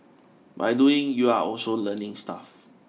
by doing you're also learning stuff